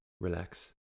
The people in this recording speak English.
relax